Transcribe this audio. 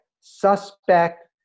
suspect